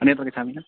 अन्यत्र गच्छामि वा